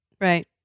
Right